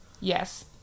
Yes